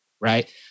right